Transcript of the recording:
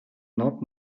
not